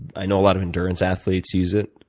i know a lot of endurance athletes use it,